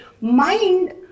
mind